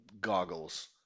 goggles